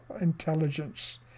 intelligence